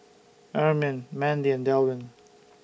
Ermine Mandi and Delwin